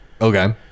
Okay